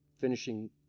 finishing